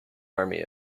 army